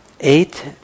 eight